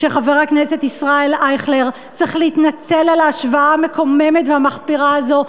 שחבר הכנסת ישראל אייכלר צריך להתנצל על ההשוואה המקוממת והמחפירה הזו,